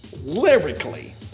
lyrically